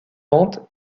vente